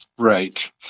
Right